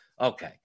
Okay